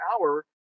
hour